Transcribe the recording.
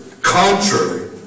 contrary